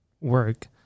work